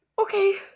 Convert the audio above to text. Okay